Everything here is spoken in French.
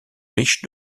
riches